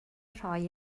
rhoi